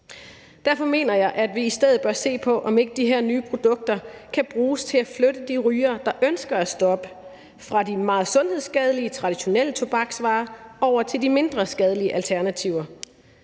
Derfor mener jeg, at vi i stedet bør se på, om ikke de her nye produkter kan bruges til at flytte de rygere, der ønsker at stoppe, fra de meget sundhedsskadelige, traditionelle tobaksvarer over til de mindre skadelige alternativer.